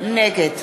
נגד